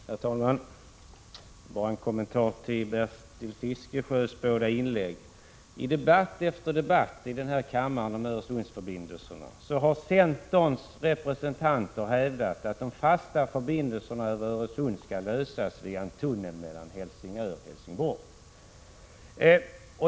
Herr talman! Jag vill göra en kommentar till Bertil Fiskesjös båda inlägg. I debatt efter debatt i den här kammaren om Öresundsförbindelserna har centerns representanter hävdat att frågan om de fasta förbindelserna över Öresund skall lösas genom en tunnel mellan Helsingör och Helsingborg.